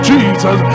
Jesus